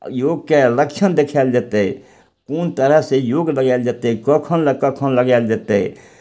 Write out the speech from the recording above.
योगके लक्षण देखायल जेतय कोन तरहसँ योग लगायल जेतय कखन कखन लगायल जेतय